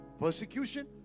persecution